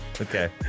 Okay